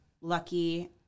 Lucky